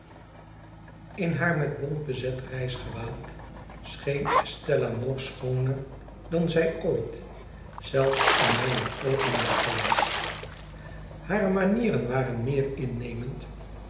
in haar met bont bezet reisgewaad scheen estella nog schooner dan zij ooit zelfs in mijne oogen was geweest hare manieren waren meer innemend